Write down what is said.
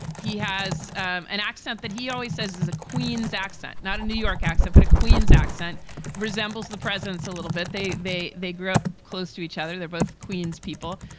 he has an accent that he always says is a queens accent, not a new york accent, but a queens accent resembles the presence a little bit. they they they grew up close to each other. they're both queens people.